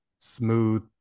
smooth